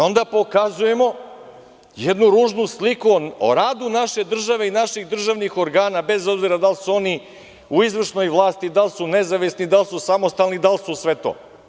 Onda pokazujemo jednu ružnu sliku o radu naše države i naših državnih organa, bez obzira da li su oni u izvršnoj vlasti, da li su nezavisni, da li su samostalni, da li su sve to.